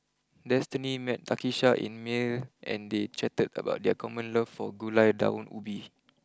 Destini met Takisha in Male and they chatted about their common love for Gulai Daun Ubi